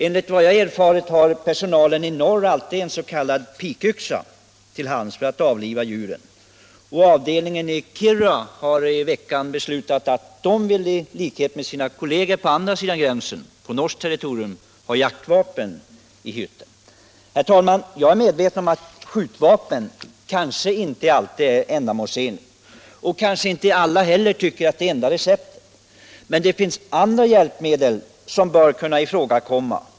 Enligt vad jag har erfarit har personalen i norr alltid en s.k. pikyxa till hands för att avliva djuren. Avdelningen i Kiruna har i förra veckan enats och begärt att i likhet med sina kolleger på andra sidan gränsen — alltså på norskt territorium — få ha jaktvapen i hytten. Jag är medveten om att skjutvapen kanske inte alltid är det ändamålsenliga, och kanske inte heller alla tycker att det är enda receptet. Men det finns andra hjälpmedel som bör kunna ifrågakomma.